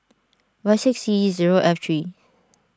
Y six C zero F three